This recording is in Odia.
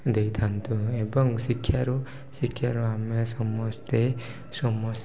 ଦେଇଥାନ୍ତୁ ଏବଂ ଶିକ୍ଷାରୁ ଆମେ ସମସ୍ତ